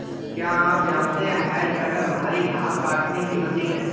क्या आप जानते है हैज कटर भारी घांस काटने की मशीन है